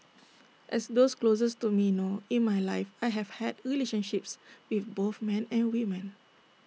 as those closest to me know in my life I have had relationships with both men and women